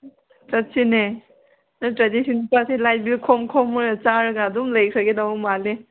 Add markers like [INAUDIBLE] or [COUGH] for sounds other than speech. ꯆꯠꯁꯤꯅꯦ ꯅꯠꯇ꯭ꯔꯗꯤ [UNINTELLIGIBLE] ꯃꯈꯣꯏꯅ ꯆꯥꯔꯒ ꯑꯗꯨꯝ ꯂꯩꯈ꯭ꯔꯒꯗꯕ ꯃꯥꯜꯂꯦ